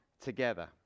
Together